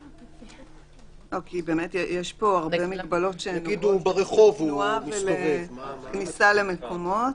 כי יש פה הרבה מגבלות שהן קשורות לתנועה ולכניסה למקומות.